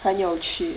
很有趣